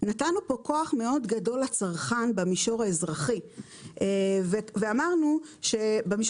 נתנו פה כוח מאוד גדול לצרכן במישור האזרחי ואמרנו שבמישור